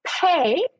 pay